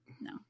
no